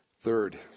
Third